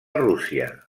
rússia